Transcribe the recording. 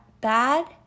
bad